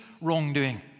wrongdoing